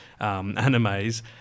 animes